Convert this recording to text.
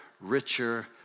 richer